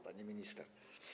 Pani Minister!